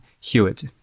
Hewitt